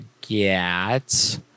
get